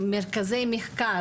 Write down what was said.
ומרכזי מחקר,